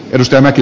kärsämäki